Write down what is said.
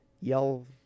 yell